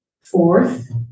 Fourth